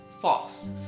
false